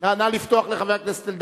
נא לפתוח לו את המיקרופון.